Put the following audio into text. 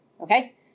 Okay